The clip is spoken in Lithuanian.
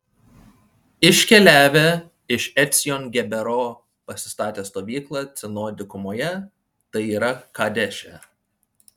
iškeliavę iš ecjon gebero pasistatė stovyklą cino dykumoje tai yra kadeše